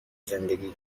زندگی